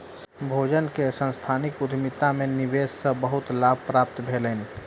निवेशक के सांस्थानिक उद्यमिता में निवेश से बहुत लाभ प्राप्त भेलैन